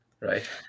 right